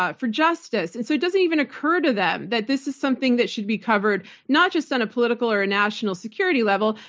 ah for justice. it and so doesn't even occur to them that this is something that should be covered not just on a political or a national security level,